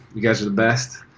you guys are the best.